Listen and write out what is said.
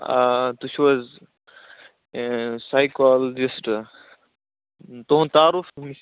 آ تُہۍ چھِو حَظ سایکولجِسٹ تُہُنٛد تعارُف تُہُنٛد